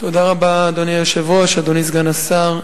אדוני היושב-ראש, אדוני סגן השר,